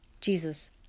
Jesus